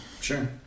Sure